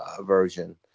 version